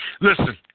Listen